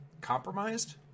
compromised